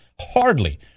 Hardly